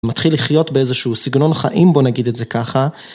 מתחיל לחיות באיזשהו סגנון חיים, בוא נגיד את זה ככה.